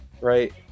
right